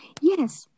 Yes